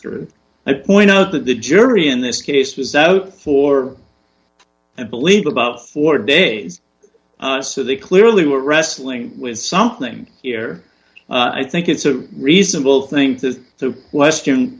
through i point out that the jury in this case was out for i believe about four days out so they clearly were wrestling with something here i think it's a reasonable thing to the western